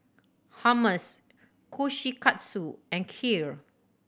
Hummus Kushikatsu and Kheer